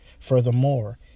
Furthermore